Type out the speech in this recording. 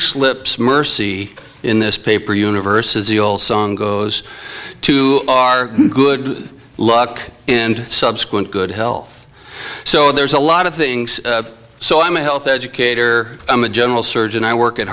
slips mercy in this paper universe is the old song goes to our good luck and subsequent good health so there's a lot of things so i'm a health educator i'm a general surgeon i work at